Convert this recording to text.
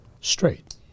straight